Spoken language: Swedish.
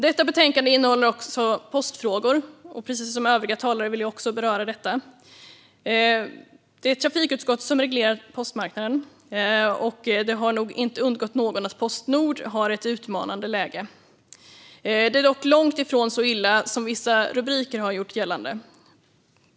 Detta betänkande innehåller också postfrågor, och precis som övriga talare vill jag beröra detta. Det är trafikutskottet som reglerar postmarknaden, och det har nog inte undgått någon att Postnord har ett utmanande läge. Det är dock långt ifrån så illa som vissa rubriker har gjort gällande.